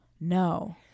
No